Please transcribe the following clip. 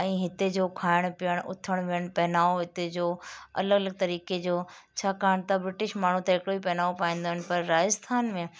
ऐं हिते जो खाइण पीअण उथणु विहणु पहनावो हिते जो अलॻि अलॻि तरीक़े जो छाकाणि त ब्रिटिश माण्हू त हिकिड़ो ई पहनावो पाईंदा आहिनि पर राजस्थान में